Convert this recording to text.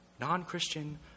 non-Christian